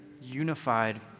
unified